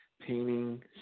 painting